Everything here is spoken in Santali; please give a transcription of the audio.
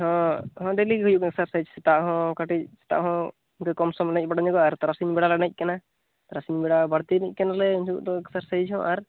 ᱦᱚᱸ ᱰᱮᱞᱤ ᱜᱮ ᱦᱩᱭᱩᱜ ᱠᱟᱱᱟ ᱥᱮ ᱥᱮᱛᱟᱜ ᱦᱚᱸ ᱠᱟᱹᱴᱤᱡ ᱥᱮᱛᱟᱜ ᱦᱚᱸ ᱡᱩᱫᱤ ᱠᱚᱢ ᱥᱚᱢᱞᱮ ᱦᱮᱡ ᱵᱟᱲᱟ ᱧᱚᱜᱚᱜᱼᱟ ᱟᱨ ᱛᱟᱨᱟᱥᱤᱧ ᱵᱮᱲᱟ ᱞᱮ ᱮᱱᱮᱡ ᱠᱟᱱᱟ ᱛᱟᱨᱟᱥᱤᱧ ᱵᱮᱲᱟ ᱵᱟᱹᱲᱛᱤ ᱮᱱᱮᱡ ᱠᱟᱱᱟ ᱞᱮ ᱮᱱᱦᱤᱞᱳᱜ ᱫᱚ ᱮᱠᱥᱟᱨᱥᱟᱭᱤᱡ ᱦᱚᱸ ᱟᱨ